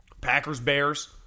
Packers-Bears